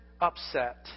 upset